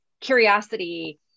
curiosity